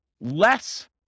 less